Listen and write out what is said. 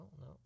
No